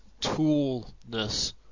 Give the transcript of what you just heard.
toolness